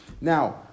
Now